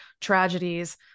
tragedies